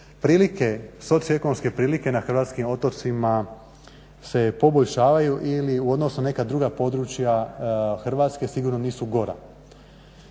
prilike socioekonomske prilike na hrvatskim otocima se poboljšavaju ili u odnosu na neka druga područja Hrvatske sigurno nisu gora.